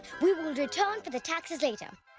we will return for the taxes later. ah,